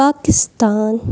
Pakistan